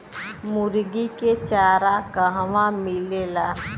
मुर्गी के चारा कहवा मिलेला?